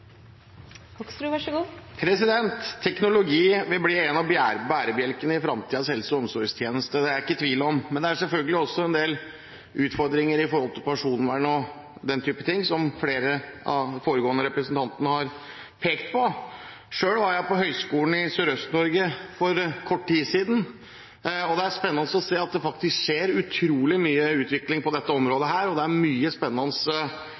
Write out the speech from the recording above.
i tvil om – men det er selvfølgelig en del utfordringer med personvern og den type ting, som flere av de foregående representantene har pekt på. Selv var jeg på Høgskolen i Sørøst-Norge for kort tid siden. Det er spennende å se at det skjer utrolig mye utvikling på dette området, det er mye spennende